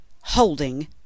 holding